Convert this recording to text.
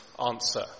answer